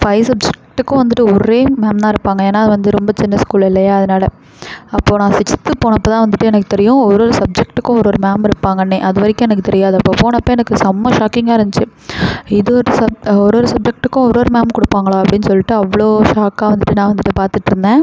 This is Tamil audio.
ஃபைவ் சப்ஜெக்ட்டுக்கும் வந்துட்டு ஒரே மேம் தான் இருப்பாங்க ஏனால் அது வந்து ரொம்ப சின்ன ஸ்கூல் இல்லையா அதனாலே அப்போது நான் சிக்ஸ்த்து போனப்போ தான் வந்துட்டு எனக்கு தெரியும் ஒரு ஒரு சப்ஜெக்ட்டுக்கும் ஒரு ஒரு மேம் இருப்பாங்கன்னே அது வரைக்கும் எனக்குத் தெரியாது அப்போ போனப்போ எனக்கு செமை ஷாக்கிங்காக இருந்துச்சு இது ஒரு சப் ஒரு ஒரு சப்ஜெக்ட்டுக்கும் ஒரு ஒரு மேம் கொடுப்பாங்களா அப்படின்னு சொல்லிட்டு அவ்வளோ ஷாக்காக வந்துட்டு நான் வந்துட்டு பார்த்துட்டு இருந்தேன்